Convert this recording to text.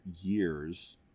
years